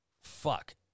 fuck